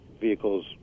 vehicles